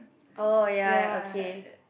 oh ya ya okay